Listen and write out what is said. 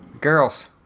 Girls